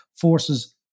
forces